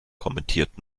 kommentiert